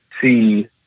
see